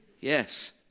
Yes